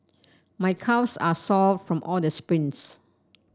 my calves are sore from all the sprints